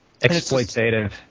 Exploitative